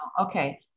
Okay